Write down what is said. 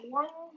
one